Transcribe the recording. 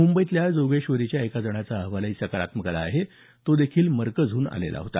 मुंबईतल्या जोगेश्वरीच्या एका जणाचा अहवालही सकारात्मक आला आहे तो देखील मरकजहून आला होता